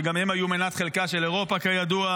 שגם הן היו מנת חלקה של אירופה כידוע,